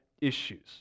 issues